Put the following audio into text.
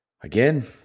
Again